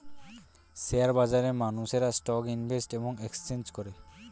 share বাজারে মানুষেরা stock invest এবং এক্সচেঞ্জ করে